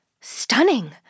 stunning